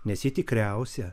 nes ji tikriausia